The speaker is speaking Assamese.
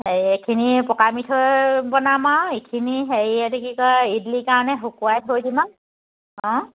হেৰি এইখিনি পকা মিঠৈ বনাম আৰু এইখিনি হেৰি কি কয় ইদলীৰ কাৰণে শুকুৱাই থৈ দিম আৰু